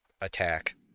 attack